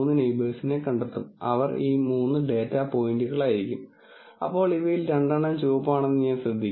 സമഗ്രമായ അനുമാനങ്ങൾ കൊണ്ടുവരുന്നത് ബുദ്ധിമുട്ടാണ് എന്നാൽ പൊതുവായി ഉണ്ടാക്കിയിട്ടുള്ള ചില അനുമാനങ്ങൾ ഞാൻ വിശദീകരിക്കാം